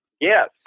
Yes